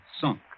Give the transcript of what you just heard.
Sunk